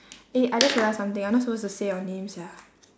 eh I just realised something I'm not supposed to say your name sia